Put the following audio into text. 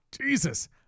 jesus